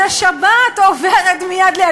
אז השבת עוברת מיד ליד.